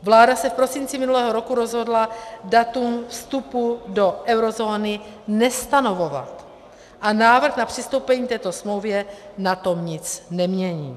Vláda se v prosinci minulého roku rozhodla datum vstupu do eurozóny nestanovovat a návrh na přistoupení k této smlouvě na tom nic nemění.